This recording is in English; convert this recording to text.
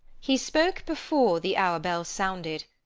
he spoke before the hour bell sounded,